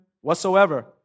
whatsoever